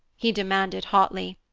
he demanded hotly.